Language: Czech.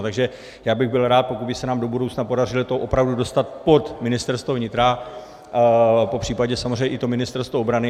Takže já bych byl rád, pokud by se nám to budoucna podařilo to opravdu dostat pod Ministerstvo vnitra, popřípadě samozřejmě i to Ministerstvo obrany.